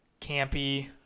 campy